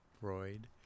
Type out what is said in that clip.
Freud